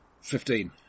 Fifteen